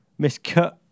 miscut